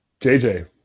JJ